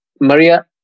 Maria